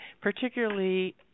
particularly